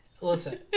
Listen